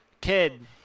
kid